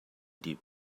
die